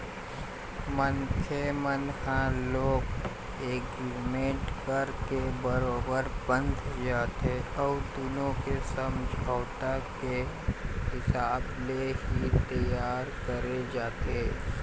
मनखे मन ह लोन एग्रीमेंट करके बरोबर बंध जाथे अउ दुनो के समझौता के हिसाब ले ही तियार करे जाथे